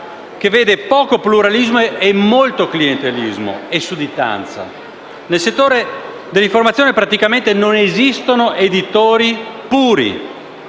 che vede poco pluralismo e molto clientelismo e sudditanza. Nel settore dell'informazione praticamente non esistono editori puri,